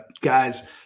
guys